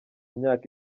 myaka